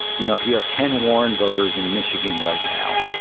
you know, if you have ten warren voters in michigan right now,